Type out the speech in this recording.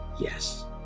yes